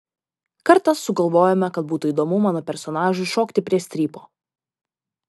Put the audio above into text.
kartą sugalvojome kad būtų įdomu mano personažui šokti prie strypo